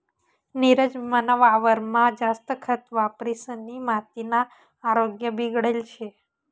नीरज मना वावरमा जास्त खत वापरिसनी मातीना आरोग्य बिगडेल शे